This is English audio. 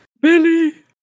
Billy